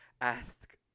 ask